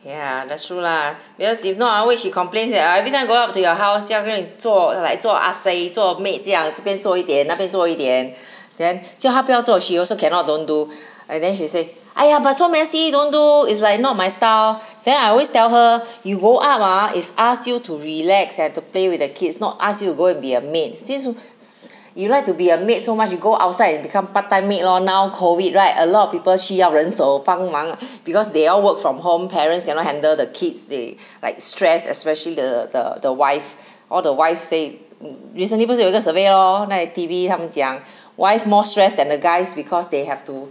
yeah that's true lah because if not ah wait she complain say everytime go up to your house 像跟你做来做 ah sei 做 maid 这样这边做一点那边做一点 then 叫她不要做 she also cannot don't do and then she say !aiya! but so messy don't do is like not my style then I always tell her you go up ah is ask you to relax eh to play with the kids not ask you go and be a maid since si~ you like to be a maid so much you go outside and become part time maid lor now COVID right a lot of people 需要人手帮忙 because they all work from home parents cannot handle the kids they like stress especially the the the wife all the wife say recently 不是有一个 survey lor 那天 T_V 它们讲 wife more stress than the guys because they have to